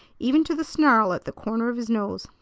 even to the snarl at the corner of his nose.